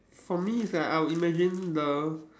for me is like I would imagine the